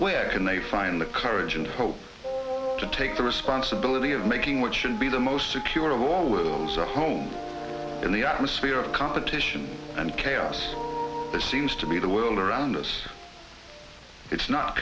where can they find the courage and hope to take the responsibility of making what should be the most secure of all worlds a home in the atmosphere of competition and chaos that seems to be the world around us it's not